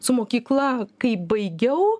su mokykla kaip baigiau